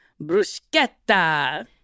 Bruschetta